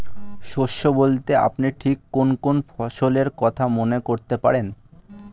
শস্য বলতে আপনি ঠিক কোন কোন ফসলের কথা মনে করতে পারেন?